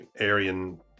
Aryan